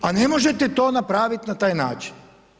A ne možete to napraviti na taj način.